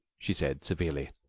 she said severely.